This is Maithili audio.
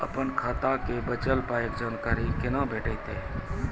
अपन खाताक बचल पायक जानकारी कूना भेटतै?